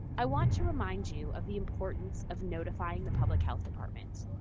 i want to remind you of the importance of notifying the public health department.